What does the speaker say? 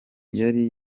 yari